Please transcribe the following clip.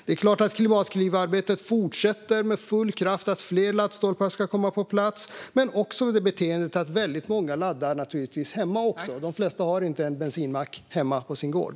Det är klart att arbetet inom Klimatklivet fortsätter med full kraft. Fler laddstolpar ska komma på plats. Men många laddar naturligtvis också hemma. De flesta har däremot inte en bensinmack hemma på sin gård.